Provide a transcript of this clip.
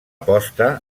posta